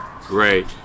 Great